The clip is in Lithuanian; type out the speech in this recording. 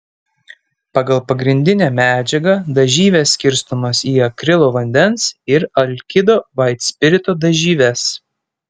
pagal pagrindinę medžiagą dažyvės skirstomos į akrilo vandens ir alkido vaitspirito dažyves